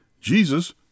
Jesus